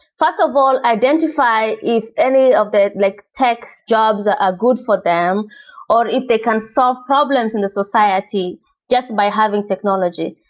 first of all, identify is any of the like tech jobs are ah good for them or if they can solve problems in the society just by having technology.